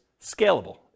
scalable